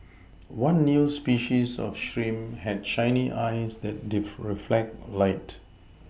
one new species of shrimp had shiny eyes that def reflect light